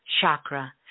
chakra